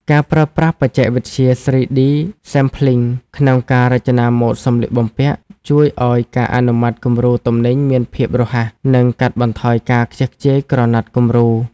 ការប្រើប្រាស់បច្ចេកវិទ្យា 3D Sampling ក្នុងការរចនាម៉ូដសម្លៀកបំពាក់ ជួយឱ្យការអនុម័តគំរូទំនិញមានភាពរហ័ស និងកាត់បន្ថយការខ្ជះខ្ជាយក្រណាត់គំរូ។